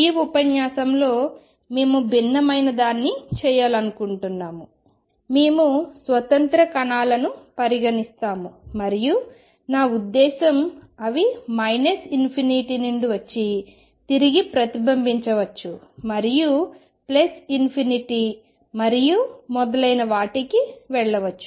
ఈ ఉపన్యాసంలో మేము భిన్నమైనదాన్ని చేయాలనుకుంటున్నాము మేము స్వతంత్ర కణాలను పరిగణిస్తాము మరియు నా ఉద్దేశ్యం అవి ∞ నుండి వచ్చి తిరిగి ప్రతిబింబించవచ్చు మరియు ∞ మరియు మొదలైన వాటికి వెళ్లవచ్చు